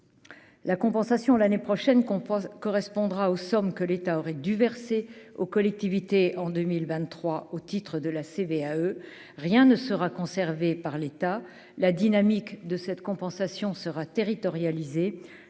La compensation l'année prochaine, pose correspondra aux sommes que l'État aurait dû verser aux collectivités en 2000 23 au titre de la CVAE, rien ne sera conservée par l'État, la dynamique de cette compensation sera territorialisé